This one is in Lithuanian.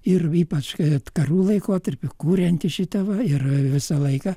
ir ypač karų laikotarpiu kuriant šita va ir visą laiką